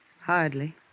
Hardly